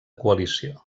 coalició